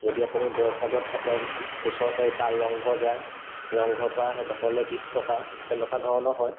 যদি আপুনি জয়সাগৰত থাকে ওচৰতে বা ৰংঘৰ যায় ৰংঘৰ পা সেইডখৰলৈ বিছ টকা তেনেকুৱা ধৰণৰ হয়